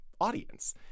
audience